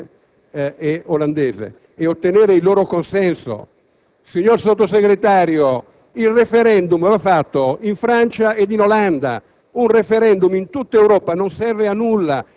Dobbiamo inoltre tornare davanti all'elettorato francese e olandese e ottenere il loro consenso. Signor Sottosegretario, il *referendum* va fatto in Francia e in Olanda!